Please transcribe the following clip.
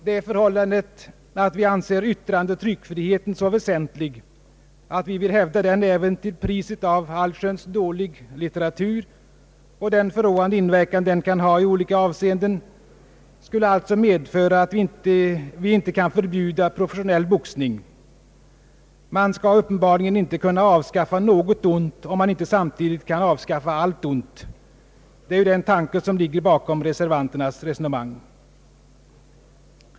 Det förhållandet att vi anser yttrandeoch tryckfriheten så väsentlig att vi vill hävda den även till priset av allsköns dålig litteratur och den förråande inverkan den kan ha i olika avseenden, skulle alltså medföra att vi inte kan förbjuda professionell boxning. Man skall uppenbarligen inte kunna avskaffa något ont, om man inte samtidigt kan avskaffa allt ont. Det är ju den tanke som ligger bakom reservanternas resonemang.